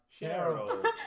Cheryl